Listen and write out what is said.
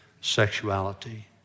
sexuality